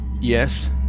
Yes